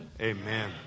Amen